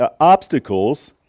obstacles